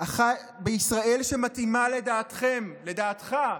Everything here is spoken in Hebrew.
בישראל שמתאימה לדעתכם, לדעתך,